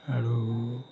আৰু